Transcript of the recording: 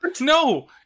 No